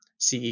CE